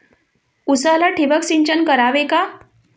उसाला ठिबक सिंचन करावे का?